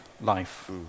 life